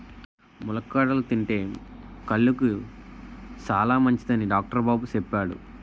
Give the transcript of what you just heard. ములక్కాడలు తింతే కళ్ళుకి సాలమంచిదని డాక్టరు బాబు సెప్పాడు